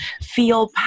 feel